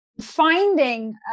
finding